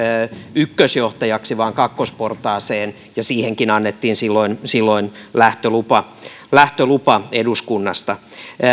ykkösjohtajaksi vaan kakkosportaaseen ja siihenkin annettiin silloin silloin lähtölupa lähtölupa eduskunnasta